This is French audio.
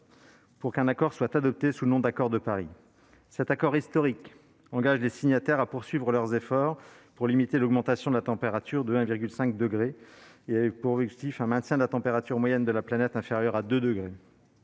pour qu'un accord soit adopté sous le nom d'accord de Paris. Cet accord historique engage les signataires à poursuivre leurs efforts pour limiter l'augmentation de la température de 1,5 degré Celsius et avec pour objectif une limitation de la hausse de la température moyenne de la planète à moins de 2 degrés